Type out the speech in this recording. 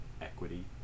equity